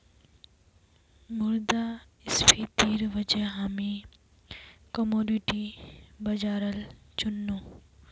मुद्रास्फीतिर वजह हामी कमोडिटी बाजारल चुन नु